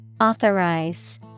Authorize